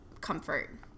comfort